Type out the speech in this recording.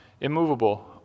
immovable